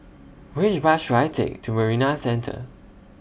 Which Bus should I Take to Marina Centre